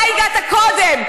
אתה הגעת קודם,